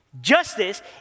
Justice